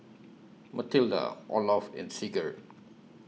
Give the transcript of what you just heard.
Matilda Olof and Sigurd